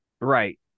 Right